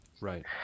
Right